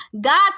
God